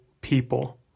people